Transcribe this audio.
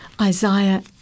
Isaiah